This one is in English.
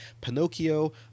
Pinocchio